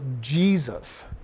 Jesus